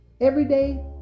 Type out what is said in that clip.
everyday